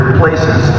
places